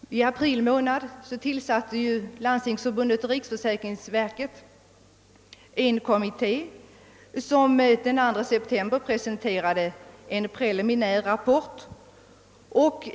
I april månad tillsatte Landstingsförbundet och = riksförsäkringsverket en kommitté som den 2 september presenterade en preliminär rapport.